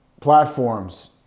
platforms